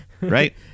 right